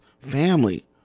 family